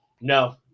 No